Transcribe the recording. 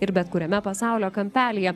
ir bet kuriame pasaulio kampelyje